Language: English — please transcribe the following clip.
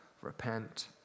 repent